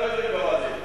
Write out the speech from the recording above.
מהבדואים באוהלים.